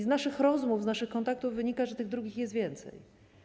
Z naszych rozmów, z naszych kontaktów wynika, że tych drugich jest więcej.